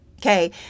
Okay